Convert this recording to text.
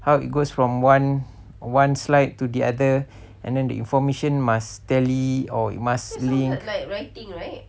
how it goes from one one slide to the other and then the information must tally or it must link